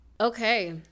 Okay